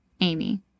amy